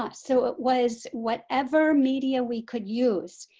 ah so it was whatever media we could use.